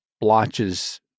blotches